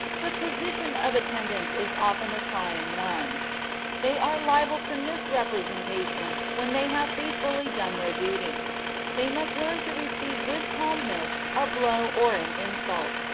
the position of attendants is often a trying one they are liable to misrepresentation when they have faithfully done their duty they must learn to receive with calmness a blow or an insult,